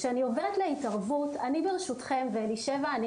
כשאני עוברת להתערבות, אני ברשותכם ואלישבע אני